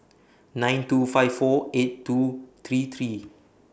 nine two five four eight two three three